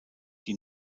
die